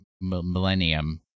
Millennium